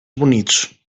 bonitos